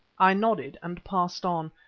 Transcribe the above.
i nodded and passed on,